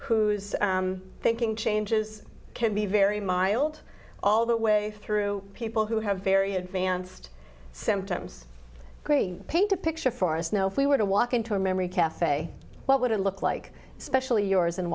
whose thinking changes can be very mild all the way through people who have very advanced symptoms great paint a picture for us now if we were to walk into a memory cafe what would it look like especially yours in